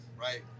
right